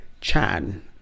Chan